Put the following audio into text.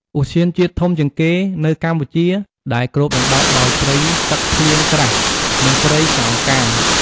ទ្យានជាតិធំជាងគេនៅកម្ពុជាដែលគ្របដណ្ដប់ដោយព្រៃទឹកភ្លៀងក្រាស់ និងព្រៃកោងកាង។